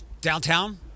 downtown